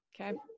Okay